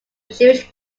jewish